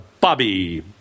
Bobby